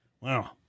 Wow